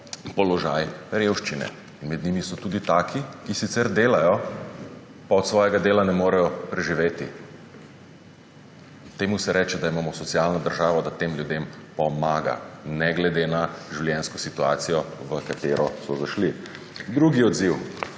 položaj revščine. Med njimi so tudi taki, ki sicer delajo, pa od svojega dela ne morejo preživeti. Temu se reče, da imamo socialno državo, da tem ljudem pomaga ne glede na življenjsko situacijo, v katero so zašli. Drugi odziv.